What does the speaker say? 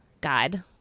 God